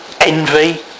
envy